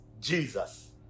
Jesus